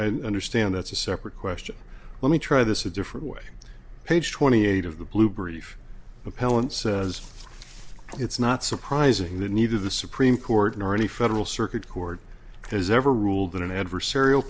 i understand that's a separate question let me try this a different way page twenty eight of the blue brief appellant says it's not surprising that neither the supreme court nor any federal circuit court has ever ruled in an adversarial